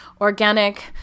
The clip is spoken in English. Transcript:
organic